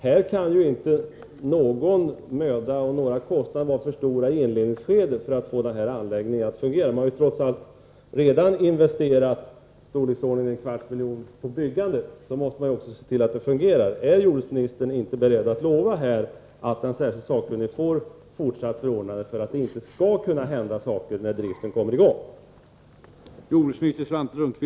Här kan inte någon möda eller några kostnader vara för stora i inledningsskedet, för att få anläggningen att fungera. Man har trots allt redan investerat en kvarts miljon kronor i byggandet, och då måste man också se till att anläggningen fungerar. Är jordbruksministern inte beredd att lova att den särskilt sakkunnige får fortsatt förordnande, för att det inte skall hända sådant som är olämpligt när driften kommer i gång?